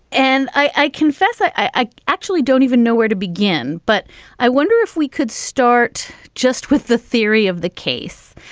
and i confess, i i actually don't even know where to begin. but i wonder if we could start just with the theory of the case,